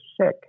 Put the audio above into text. sick